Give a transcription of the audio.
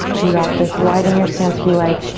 you got this. widen your stance if you like.